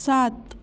सात